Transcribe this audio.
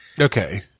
Okay